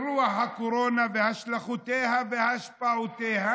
אירוע הקורונה והשלכותיה והשפעותיה,